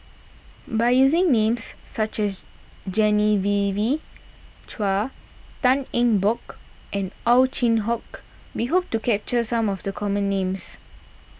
by using names such as Genevieve Chua Tan Eng Bock and Ow Chin Hock we hope to capture some of the common names